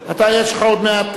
ואנחנו קובעים כי 42 הצביעו בעד,